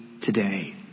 today